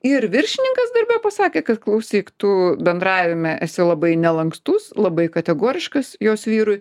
ir viršininkas darbe pasakė kad klausyk tu bendravime esi labai nelankstus labai kategoriškas jos vyrui